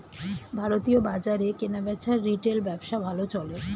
ভারতীয় বাজারে কেনাবেচার রিটেল ব্যবসা ভালো চলে